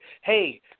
hey